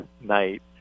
night